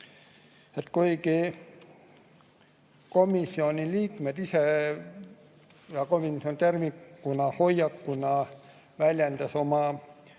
Kuigi komisjoni liikmed ja komisjon tervikuna hoiakuna väljendas oma